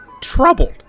troubled